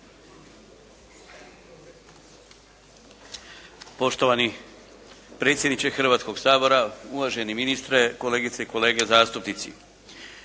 Poštovani predsjedniče Hrvatskoga sabora, uvaženi ministre, kolegice i kolege zastupnici.